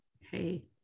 hey